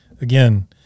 again